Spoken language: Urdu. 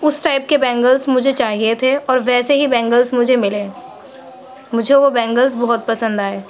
اس ٹائپ کے بینگلس مجھے چاہیے تھے اور ویسے ہی بینگلس مجھے ملے مجھے وہ بینگلس بہت پسند آئے